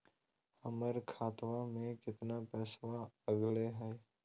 हमर खतवा में कितना पैसवा अगले हई?